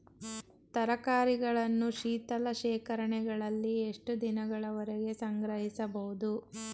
ತರಕಾರಿಗಳನ್ನು ಶೀತಲ ಶೇಖರಣೆಗಳಲ್ಲಿ ಎಷ್ಟು ದಿನಗಳವರೆಗೆ ಸಂಗ್ರಹಿಸಬಹುದು?